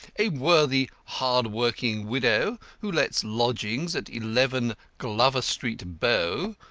a worthy hard-working widow, who lets lodgings at eleven glover street, bow,